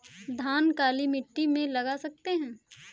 धान काली मिट्टी में लगा सकते हैं?